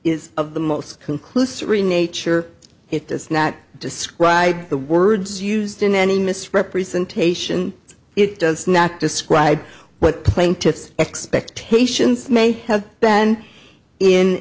is of the most conclusory nature it does not describe the words used in any misrepresentation it does not describe what plaintiff's expectations may have been in